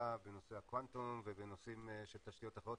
בנושא הקוונטום ובנושאים של תשתיות אחרות,